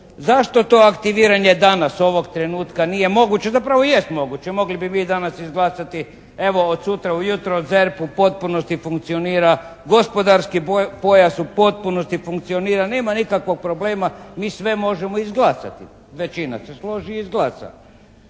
Zašto to aktiviranje danas, ovoga trenutka nije moguće? Zapravo jest moguće, mogli bi mi danas izglasati evo, od sutra ujutro ZERP u potpunosti funkcionira, gospodarski pojas u potpunosti funkcionira, nema nikakvog problema, mi sve možemo izglasati, većina se složi i izglasa.